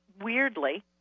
weirdly